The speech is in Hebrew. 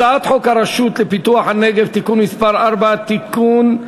הצעת חוק הרשות לפיתוח הנגב (תיקון מס' 4) (תיקון),